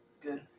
Good